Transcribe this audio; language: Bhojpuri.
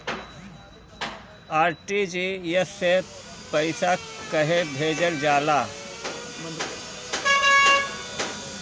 आर.टी.जी.एस से पइसा कहे भेजल जाला?